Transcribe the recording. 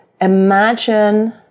imagine